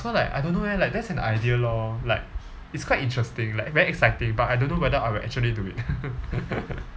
so like I don't know eh like that's an idea lor like it's quite interesting like very exciting but I don't know whether I will actually do it